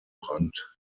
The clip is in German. brand